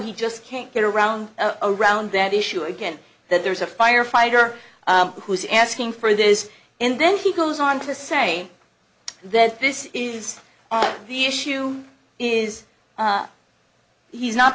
he just can't get around around that issue again that there's a firefighter who's asking for this and then he goes on to say that this is the issue is he's not